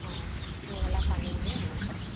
ஆ நீங்கள் நல்லா பண்ணுவீங்கன்னு நான் நம்புகிறேன்